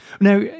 Now